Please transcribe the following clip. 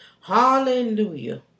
Hallelujah